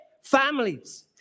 families